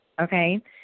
okay